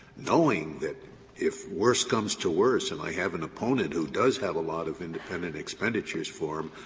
knowing that if worse comes to worse and i have an opponent who does have a lot of independent expenditures for him,